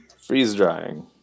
freeze-drying